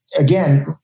again